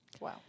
Wow